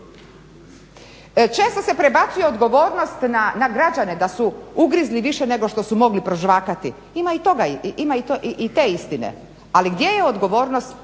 Često se prebacuje odgovornost na građane da su ugrizli više nego što su mogli prožvakati. Ima i te istine. Ali gdje je odgovornost